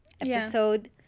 episode